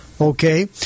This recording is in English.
Okay